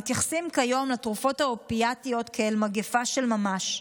מתייחסים כיום לתרופות האופיאטיות כאל מגפה של ממש.